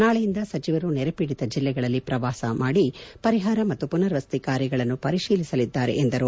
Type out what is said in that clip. ನಾಳೆಯಿಂದ ಸಚಿವರು ನೆರೆಪೀಡಿತ ಜಿಲ್ಲೆಗಳಲ್ಲಿ ಪ್ರವಾಸ ಮಾಡಿ ಪರಿಹಾರ ಮತ್ತು ಮನರ್ ವಸತಿ ಕಾರ್ಯಗಳನ್ನು ಪರಿಶೀಲಿಸಲಿದ್ದಾರೆ ಎಂದರು